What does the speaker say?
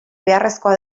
beharrezkoa